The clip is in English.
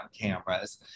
cameras